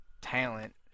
talent